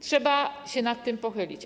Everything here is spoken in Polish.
Trzeba się nad tym pochylić.